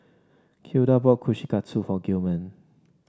Hilda bought Kushikatsu for Gilman